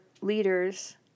leaders